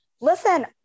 Listen